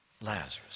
Lazarus